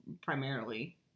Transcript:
primarily